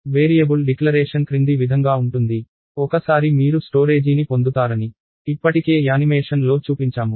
variable declaration క్రింది విధంగా ఉంటుంది ఒకసారి మీరు స్టోరేజీని పొందుతారని ఇప్పటికే యానిమేషన్లో చూపించాము